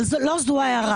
אבל לא זו ההערה.